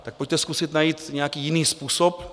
Tak pojďte zkusit najít nějaký jiný způsob.